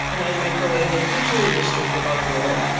and i microwave it usually, initially for about a minute.